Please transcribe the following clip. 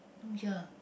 oh ya